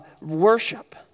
worship